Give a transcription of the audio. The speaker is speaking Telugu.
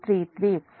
33 ఇక్కడ కూడా j 0